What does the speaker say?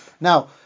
now